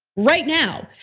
right now,